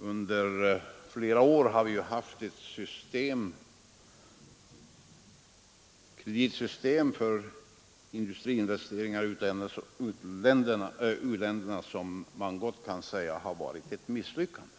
under flera år haft ett kreditsystem i u-länderna vilket vi gott kan betrakta som ett misslyckande.